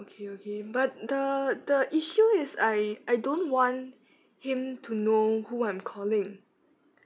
okay okay but the the issue is I I don't want him to know who I'm calling